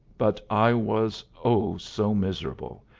but i was, oh, so miserable,